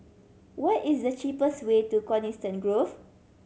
what is the cheapest way to Coniston Grove